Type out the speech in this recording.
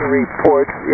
reports